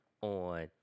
on